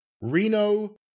Reno